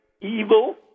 evil